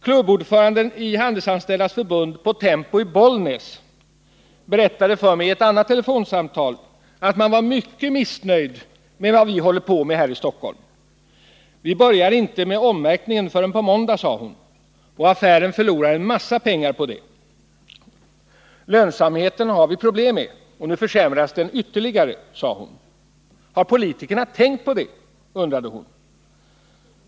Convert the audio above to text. Klubbordföranden i Handelsanställdas förbund vid Tempo i Bollnäs berättade för mig i ett telefonsamtal att man var mycket missnöjd med vad vi håller på med här i Stockholm. Vi börjar inte med ommärkningen förrän på måndag, och affären förlorar en massa pengar på det, sade hon. Det är problem med lönsamheten, och nu försämras den ytterligare. Har politikerna tänkt på detta?